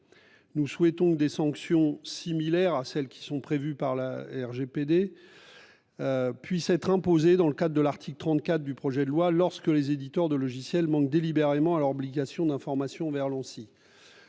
Nous souhaitons que des sanctions analogues à celles qui sont prévues par le RGPD puissent être imposées dans le cadre de l'article 34 du projet de loi lorsque les éditeurs de logiciels manquent délibérément à leurs obligations d'information envers l'Anssi.